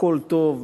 הכול טוב,